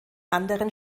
anderen